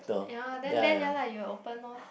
ya then then ya lah you'll open lor